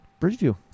bridgeview